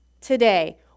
today